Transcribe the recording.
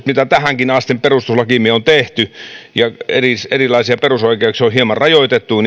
niitä muutoksia mitä tähänkin asti perustuslakiimme on tehty ja kun erilaisia perusoikeuksia on hieman rajoitettu